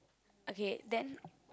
okay then